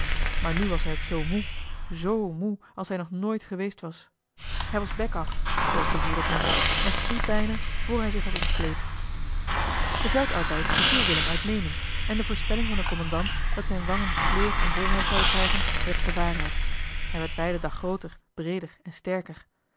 maar nu was hij ook zoo moe zoo moe als hij nog nooit geweest was hij was bek af zooals de boer het noemde en sliep bijna vr hij zich had ontkleed de veldarbeid beviel willem uitnemend en de voorspelling van den kommandant dat zijne wangen kleur en bolheid zouden krijgen werd bewaarheid hij werd bij den dag grooter breeder en sterker